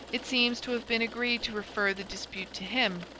it seems to have been agreed to refer the dispute to him.